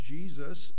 Jesus